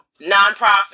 nonprofit